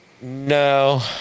No